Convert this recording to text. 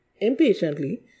impatiently